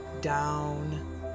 down